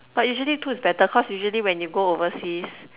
but usually two is better cause usually when you go overseas